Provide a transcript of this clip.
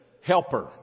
helper